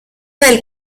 del